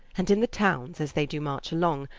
and in the townes as they do march along,